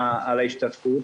ההשתתפות.